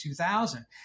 2000